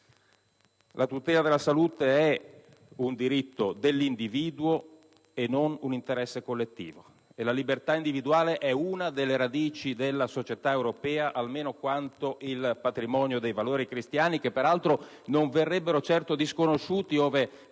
La tutela della salute è un diritto dell'individuo e non un interesse collettivo e la libertà individuale è una delle radici della società europea, almeno quanto il patrimonio dei valori cristiani, che peraltro non verrebbero certo disconosciuti,